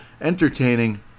Entertaining